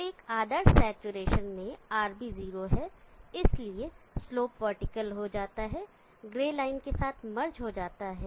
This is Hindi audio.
तो एक आदर्श सैचुरेशन में RB 0 है इसलिए स्लोप वर्टिकल हो जाता है ग्रे लाइन के साथ मर्ज हो जाता है